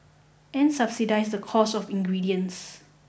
and subsidise the cost of ingredients